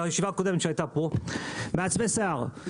מהישיבה הקודמת שהייתה פה: מעצבי שיער,